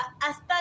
hasta